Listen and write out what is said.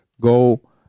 go